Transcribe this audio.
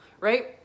right